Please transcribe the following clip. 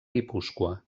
guipúscoa